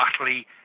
utterly